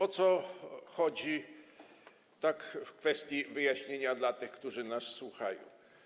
O co chodzi, to w kwestii wyjaśnienia dla tych, którzy nas słuchają.